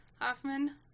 Hoffman